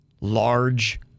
Large